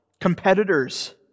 competitors